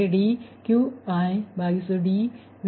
ಆದರೆ k ಯು i ಗೆ ಸಮಾನವಾಗಿಲ್ಲ ಆದ್ದರಿಂದ ಅಂತೆಯೇ J4 ನ ಕರ್ಣೀಯ ಅಂಶಗಳು